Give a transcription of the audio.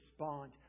respond